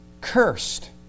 Cursed